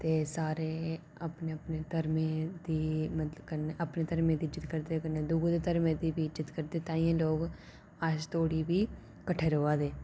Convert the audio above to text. ते सारे अपने अपने धर्में दी मतलब कन्नै अपने धर्में दी इज्जत करदे ते कन्नै दूएं धर्में दी बी इज्जत करदे तां गै एह् लोक अज्ज तोड़ी बी किट्ठे र'वा दे